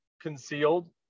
concealed